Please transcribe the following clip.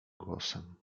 głosem